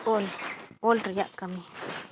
ᱚᱞ ᱚᱞ ᱨᱮᱭᱟᱜ ᱠᱟᱹᱢᱤ